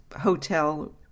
hotel